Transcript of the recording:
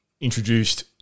introduced